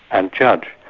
and judge.